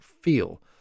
feel